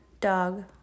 dog